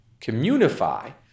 Communify